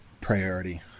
priority